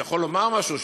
שיכול לומר משהו,